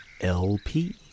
LP